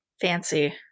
fancy